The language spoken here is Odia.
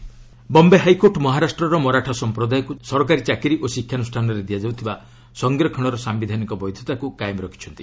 ଏସ୍ସି ମରାଠା ବମ୍ବେ ହାଇକୋର୍ଟ ମହାରାଷ୍ଟ୍ରର ମରାଠା ସମ୍ପ୍ରଦାୟଙ୍କୁ ସରକାରୀ ଚାକିରି ଓ ଶିକ୍ଷାନୁଷାନରେ ଦିଆଯାଉଥିବା ସଂରକ୍ଷଣର ସାୟିଧାନିକ ବୈଧତାକୁ କାଏମ ରଖିଛନ୍ତି